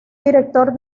director